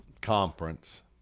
conference –